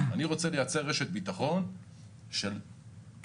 אני רוצה לייצר רשת ביטחון של כסף